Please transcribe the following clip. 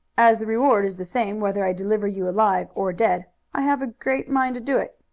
as the reward is the same whether i deliver you alive or dead i have a great mind to do it.